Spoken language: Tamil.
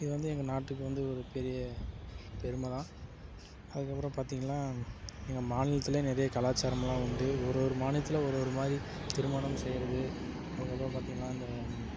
இது வந்து எங்கள் நாட்டுக்கு வந்து ஒரு பெரிய பெருமைதான் அதுக்கப்புறம் பார்த்திங்கள்னா எங்கள் மாநிலத்திலே நிறைய கலாச்சாரமெலாம் உண்டு ஒவ்வொரு மாநிலத்தில் ஒவ்வொரு மாதிரி திருமணம் செய்கிறது அதுக்கப்புறம் பார்த்திங்கள்னா அந்த